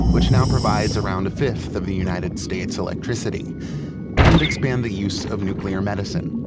which now provides around a fifth of the united states electricity and expand the use of nuclear medicine,